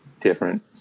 different